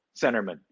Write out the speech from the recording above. centerman